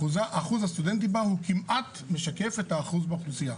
אחוז הסטודנטים בה הוא כמעט משקף את האחוז באוכלוסייה.